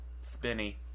Spinny